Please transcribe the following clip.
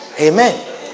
Amen